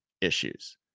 issues